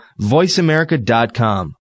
VoiceAmerica.com